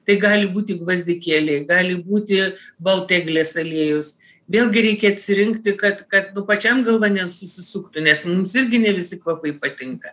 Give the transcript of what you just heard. tai gali būti gvazdikėliai gali būti balteglės aliejus vėlgi reikia atsirinkti kad kad nu pačiam galva nesusisuktų nes mums irgi ne visi kvapai patinka